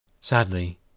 Sadly